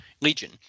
Legion